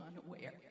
unaware